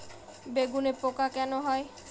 বেগুনে পোকা কেন হয়?